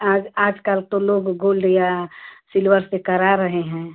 आज आज काल तो लोग गोल्ड या सिल्वर से करा रहे हैं